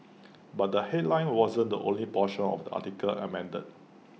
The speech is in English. but the headline wasn't the only portion of the article amended